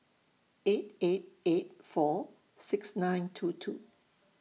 eight eight eight four six nine two two